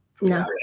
no